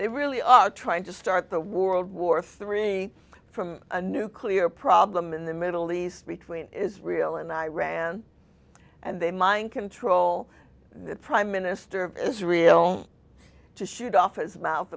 they really are trying to start the world war three from a nuclear problem in the middle east between israel and iran and they mind control and the prime minister of israel to shoot off his mouth